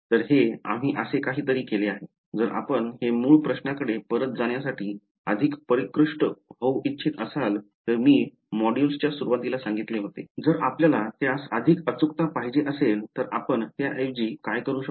तर हे आम्ही असे काही तरी केले आहे जर आपण हे मूळ प्रश्नाकडे परत जाण्यासाठी अधिक परिष्कृत होऊ इच्छित असाल तर मी मॉड्यूलच्या सुरवातीस सांगितले होते जर आपल्याला त्यास अधिक अचूकता पाहिजे असेल तर आपण त्याऐवजी काय करू शकता